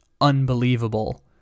unbelievable